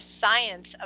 Science